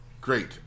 Great